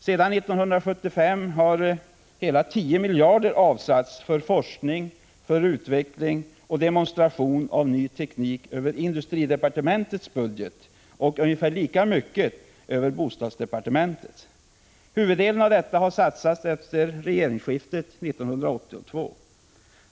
Sedan 1975 har för forskning, utveckling och demonstration av ny teknik hela 10 miljarder avsatts över industridepartementets budget och ungefär lika mycket över bostadsdepartementets. Huvuddelen av dessa medel har satsats efter regeringsskiftet 1982.